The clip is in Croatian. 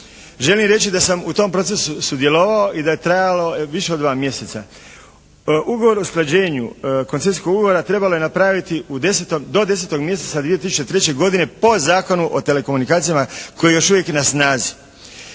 želim reći da sam u tom procesu sudjelovao i da je trajao više od dva mjeseca. Ugovor o usklađenju koncesijskog ugovora trebalo je napraviti do 10. mjeseca 2003. godine po Zakonu o telekomunikacijama koji je još uvijek na snazi.